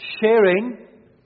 Sharing